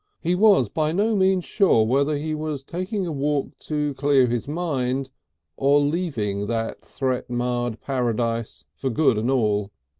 he was by no means sure whether he was taking a walk to clear his mind or leaving that threat-marred paradise for good and all.